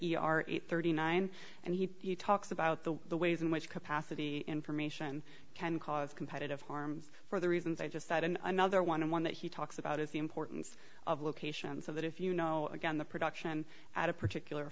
are eight thirty nine and he talks about the ways in which capacity information can cause competitive harms for the reasons i just said and another one that he talks about is the importance of location so that if you know again the production at a particular